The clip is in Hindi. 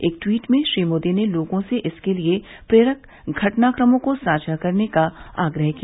एक ट्वीट में श्री मोदी ने लोगों से इसके लिए प्रेरक घटनाक्रमों को साझा करने का आग्रह किया